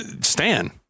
Stan